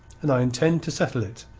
and i intend to settle it.